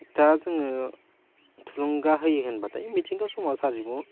दा जोङो थुलुंगा होयो होनबाथाय मिथिंगा समाज हारिमु